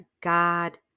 God